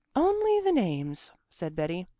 only the names, said betty,